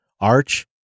Arch